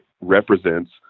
represents